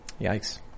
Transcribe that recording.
Yikes